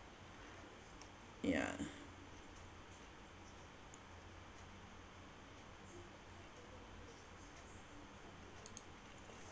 yeah